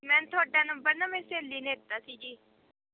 ma'am ਤੁਹਾਡਾ number ਨਾ ਮੇਰੀ ਸਹੇਲੀ ਨੇ ਦਿੱਤਾ ਸੀ ਜੀ